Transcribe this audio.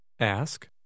Ask